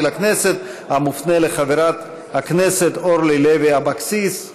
לכנסת המופנה לחברת הכנסת אורלי לוי אבקסיס,